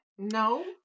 No